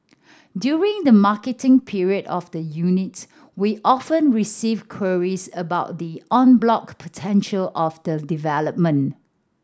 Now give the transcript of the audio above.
during the marketing period of the units we often receive queries about the en bloc potential of the development